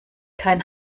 kein